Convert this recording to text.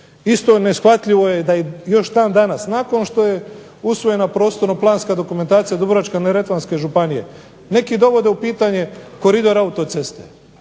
Isto neshvatljivo je da je još dan danas nakon što je usvojena prostorno-planska dokumentacija Dubrovačko-neretvanske županije neki dovode u pitanje koridor autoceste.